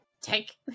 take